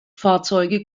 fahrzeuge